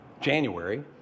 January